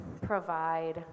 provide